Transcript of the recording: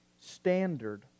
standard